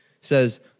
says